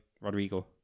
Rodrigo